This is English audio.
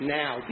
now